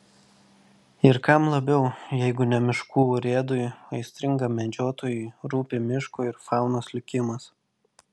ir kam labiau jeigu ne miškų urėdui aistringam medžiotojui rūpi miško ir faunos likimas